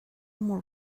molt